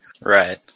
Right